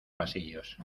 pasillos